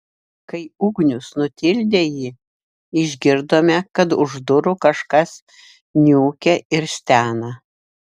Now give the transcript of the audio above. kai ugnius nutildė jį išgirdome kad už durų kažkas niūkia ir stena